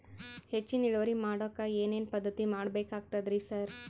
ಹೆಚ್ಚಿನ್ ಇಳುವರಿ ಮಾಡೋಕ್ ಏನ್ ಏನ್ ಪದ್ಧತಿ ಮಾಡಬೇಕಾಗ್ತದ್ರಿ ಸರ್?